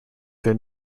their